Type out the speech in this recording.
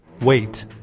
Wait